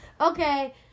Okay